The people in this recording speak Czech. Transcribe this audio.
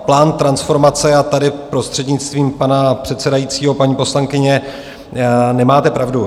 Plán transformace a tady prostřednictvím pana předsedajícího, paní poslankyně, nemáte pravdu.